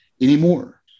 anymore